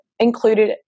included